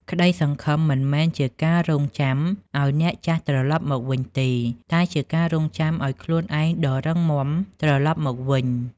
ក្តីសង្ឃឹមមិនមែនជាការរង់ចាំឱ្យអ្នកចាស់ត្រឡប់មកវិញទេ តែជាការរង់ចាំឱ្យ "ខ្លួនឯងដ៏រឹងមាំ" ត្រឡប់មកវិញ។